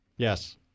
Yes